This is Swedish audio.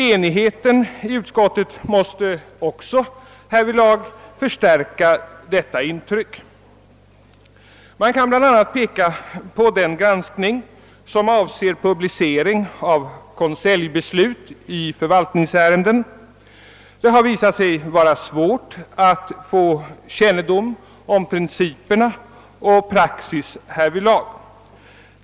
Enigheten inom utskottet måste härvidlag också förstärka detta intryck. Man kan bl.a. peka på den granskning som avser publicering av konseljbeslut i förvaltningsärenden. Det har visat sig vara svårt att få kännedom om principerna och praxis härvidlag.